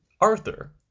Arthur